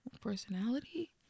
personality